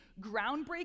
groundbreaking